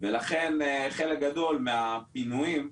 ולכן חלק גדול מהפינויים,